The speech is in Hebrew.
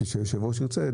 כפי שהיושב-ראש ירצה,